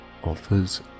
offers